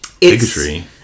Bigotry